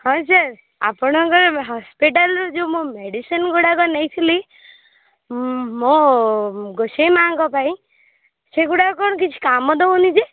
ହଁ ସାର୍ ଆପଣଙ୍କର ହସ୍ପିଟାଲ୍ରୁ ଯୋଉ ମୁଁ ମେଡିସିନ୍ଗୁଡ଼ାକ ନେଇଥିଲି ମୋ ଗୋସେଇଁ ମା'ଙ୍କ ପାଇଁ ସେଗୁଡ଼ାକ କ'ଣ କିଛି କାମ ଦେଉନି ଯେ